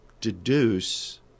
deduce